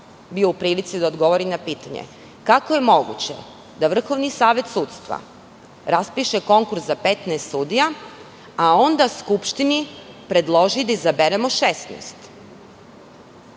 bio u prilici da odgovori na pitanje – kako je moguće da Vrhovni savet sudstva raspiše konkurs za 15 sudija, a onda Skupštini predloži da izaberemo 16?